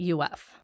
UF